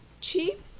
cheap